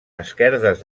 esquerdes